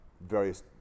various